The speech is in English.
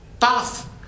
path